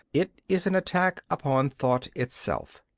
it is an attack upon thought itself.